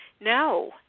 No